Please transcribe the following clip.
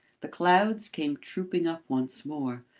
the clouds came trooping up once more,